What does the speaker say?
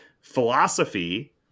philosophy